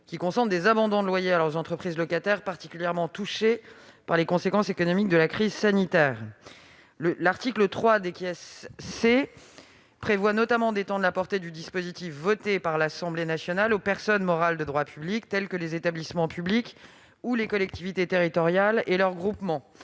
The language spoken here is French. qui consentent des abandons de loyer à leurs entreprises locataires particulièrement touchées par les conséquences économiques de la crise sanitaire. L'article 3 C prévoit notamment d'étendre la portée du dispositif voté par l'Assemblée nationale aux personnes morales de droit public telles que les établissements publics ou les collectivités territoriales et leurs groupements.